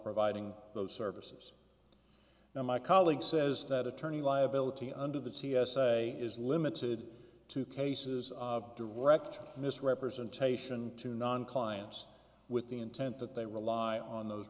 providing those services now my colleague says that attorney liability under the t s a is limited to cases of direct misrepresentation to non clients with the intent that they rely on those